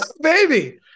Baby